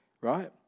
right